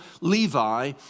Levi